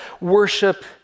worship